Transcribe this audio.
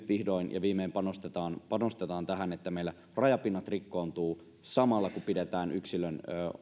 vihdoin ja viimein panostetaan tähän niin että meillä rajapinnat rikkoontuvat samalla kun pidetään yksilön